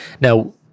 Now